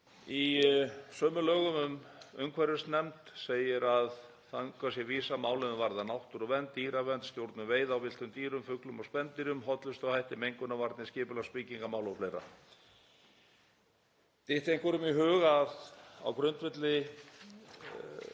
Í sömu lögum um umhverfisnefnd segir að þangað sé vísað málum sem varða náttúruvernd, dýravernd, stjórnun veiða á villtum dýrum, fuglum og spendýrum, hollustuhætti, mengunarvarnir, skipulags- og byggingarmál og fleira. Dytti einhverjum í hug að á grundvelli